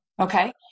okay